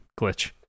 glitch